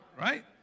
Right